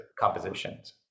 compositions